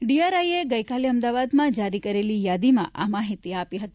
ડીઆરઆઈએ ગઈકાલે અમદાવાદમાં જારી કરેલી યાદીમાં આ માહિતી આપી હતી